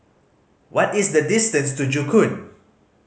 what is the distance to Joo Koon